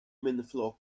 minflok